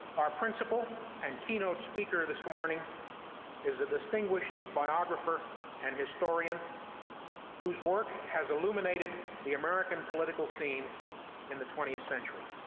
our principal and keynote speaker this morning is a distinguished biographer and historian whose work has illuminated the american political scene in the twentieth century.